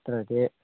ꯅꯠꯇ꯭ꯔꯗꯤ